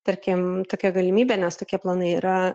tarkim tokia galimybė nes tokie planai yra